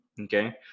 Okay